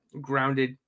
grounded